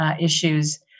issues